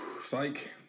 Psych